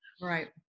Right